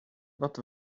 not